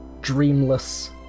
dreamless